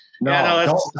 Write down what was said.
No